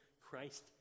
Christ